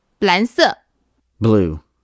蓝色。Blue